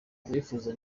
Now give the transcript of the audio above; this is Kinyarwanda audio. abasifuzi